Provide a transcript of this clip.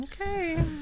Okay